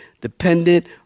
dependent